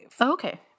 okay